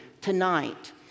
tonight